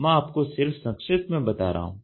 मैं आपको सिर्फ संक्षिप्त में बता रहा हूं